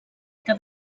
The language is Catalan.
que